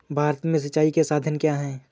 भारत में सिंचाई के साधन क्या है?